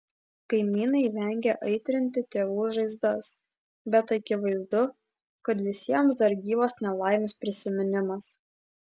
kaimynai vengia aitrinti tėvų žaizdas bet akivaizdu kad visiems dar gyvas nelaimės prisiminimas